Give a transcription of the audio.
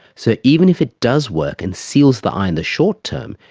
so even if it does work and seals the eye in the short term,